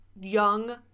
young